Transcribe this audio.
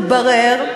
מתברר,